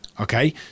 Okay